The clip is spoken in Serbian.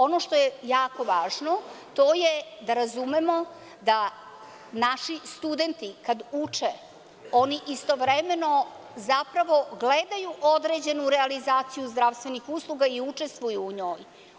Ono što je jako važno, to je da razumemo da naši studenti kad uče, oni istovremeno zapravo gledaju određenu realizaciju zdravstvenih usluga i učestvuju u njoj.